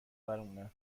برمونن